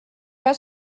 pas